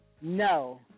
No